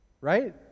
right